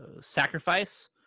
sacrifice